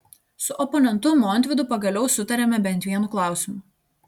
su oponentu montvydu pagaliau sutarėme bent vienu klausimu